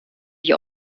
wie